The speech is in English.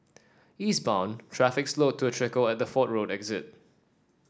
eastbound traffic slowed to a trickle at the Fort Road exit